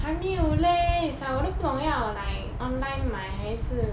还没有 leh it's like 我都不懂要 like online 买还是